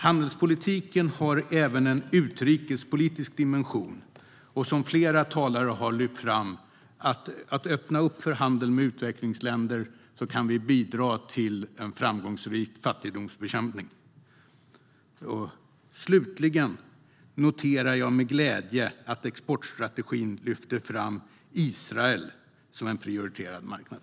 Handelspolitiken har även en utrikespolitisk dimension. Som flera talare har lyft fram: Genom att öppna upp för handel med utvecklingsländer kan vi bidra till en framgångsrik fattigdomsbekämpning. Slutligen noterar jag med glädje att man i exportstrategin lyfter fram Israel som en prioriterad marknad.